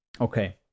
okay